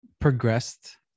progressed